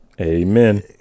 Amen